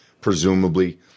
presumably